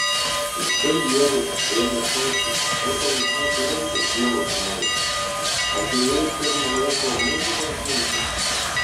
ir štai jiedu ėmė šaukti ko tau iš mūsų reikia dievo sūnau atėjai pirm laiko mūsų kankinti